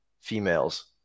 females